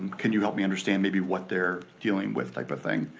can you help me understand maybe what they're dealing with type of thing.